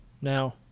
Now